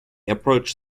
approach